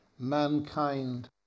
mankind